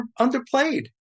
underplayed